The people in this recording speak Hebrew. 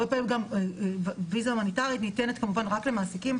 הרבה פעמים גם ויזה הומניטרית ניתנת גם רק למעסיקים,